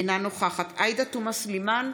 אינה נוכחת עאידה תומא סלימאן,